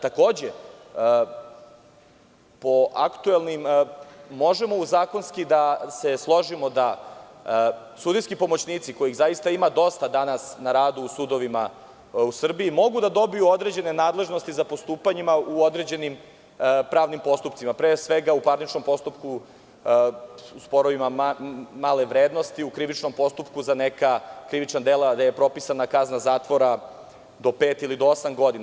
Takođe, možemo u zakonski da se složimo da sudijski pomoćnici, kojih zaista ima dosta danas na radu u sudovima u Srbiji, mogu da dobiju određene nadležnosti za postupanja u određenim pravnim postupcima, pre svega, u parničnom postupku, u sporovima male vrednosti, u krivičnom postupku za neka krivična dela gde je propisana kazna zatvora do pet ili do osam godina.